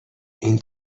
این